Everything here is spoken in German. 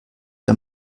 der